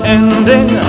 ending